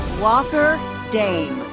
walker dame.